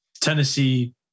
Tennessee